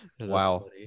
Wow